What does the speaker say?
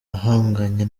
ahanganye